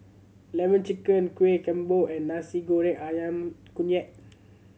Lemon Chicken kueh kembo and Nasi Goreng Ayam Kunyit